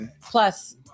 Plus